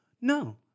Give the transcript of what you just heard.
No